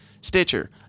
Stitcher